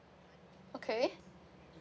okay